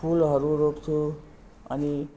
फुलहरू रोप्छु अनि